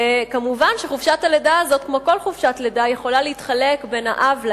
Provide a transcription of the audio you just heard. וכמובן שחופשת הלידה הזאת כמו כל חופשת לידה יכולה להתחלק בין האב לאם,